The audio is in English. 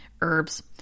herbs